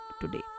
today